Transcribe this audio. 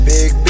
Big